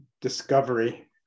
discovery